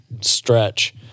stretch